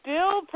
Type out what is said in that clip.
Bill